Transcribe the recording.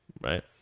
right